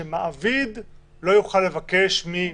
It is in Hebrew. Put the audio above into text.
שמעביד לא יוכל לבקש את זה.